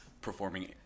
performing